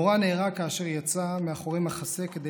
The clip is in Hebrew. מורן נהרג כאשר יצא מאחורי מחסה כדי